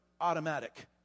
automatic